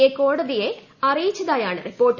A കോടതിയെ അറിയിച്ചതായാണ് report